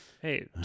Hey